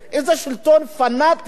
איזה שלטון פנאטי,